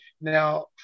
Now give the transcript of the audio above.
Now